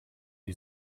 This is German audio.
die